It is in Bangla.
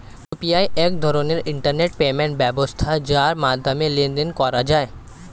ইউ.পি.আই এক ধরনের ইন্টারনেট পেমেন্ট ব্যবস্থা যার মাধ্যমে লেনদেন করা যায়